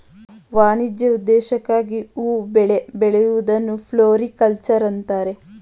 ವಾಣಿಜ್ಯ ಉದ್ದೇಶಕ್ಕಾಗಿ ಹೂ ಬೆಳೆ ಬೆಳೆಯೂದನ್ನು ಫ್ಲೋರಿಕಲ್ಚರ್ ಅಂತರೆ